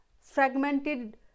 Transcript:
fragmented